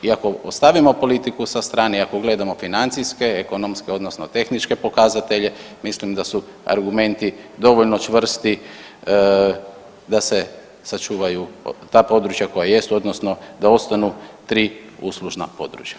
I ako stavimo politiku sa strane i ako gledamo financijske, ekonomske odnosno tehničke pokazatelje, mislim da su argumenti dovoljno čvrsti da se sačuvaju ta područja koja jesu, odnosno da ostanu 3 uslužna područja.